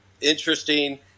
interesting